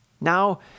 Now